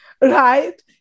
Right